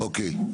אוקיי.